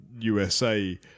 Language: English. USA